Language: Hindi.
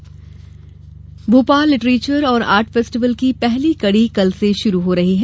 लिटरेचर फेस्ट भोपाल लिटरेचर और आर्ट फेस्टिवल की पहली कड़ी कल से शुरू हो रही है